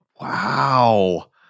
Wow